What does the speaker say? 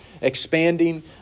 expanding